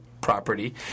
property